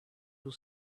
will